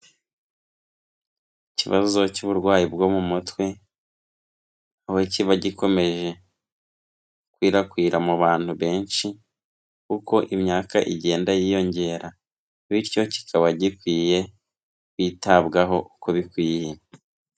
Ikibazo cy'uburwayi bwo mu mutwe aho kiba gikomeje gukwirakwira mu bantu benshi uko imyaka igenda yiyongera, bityo kikaba gikwiye kwitabwaho uko bikwiye.